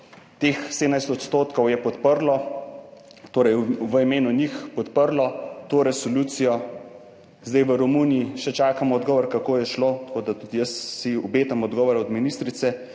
Teh 17 % je podprlo, torej v imenu njih podprlo to resolucijo, zdaj v Romuniji še čakamo odgovor, kako je šlo, tako da tudi jaz si obetam odgovora od ministrice.